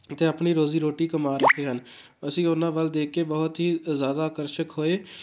ਅਤੇ ਆਪਣੀ ਰੋਜ਼ੀ ਰੋਟੀ ਕਮਾ ਰਹੇ ਹਨ ਅਸੀਂ ਉਹਨਾਂ ਵੱਲ ਦੇਖ ਕੇ ਬਹੁਤ ਹੀ ਜ਼ਿਆਦਾ ਆਕਰਸ਼ਕ ਹੋਏ